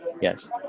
Yes